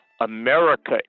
America